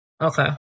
Okay